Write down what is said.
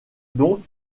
donc